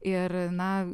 ir na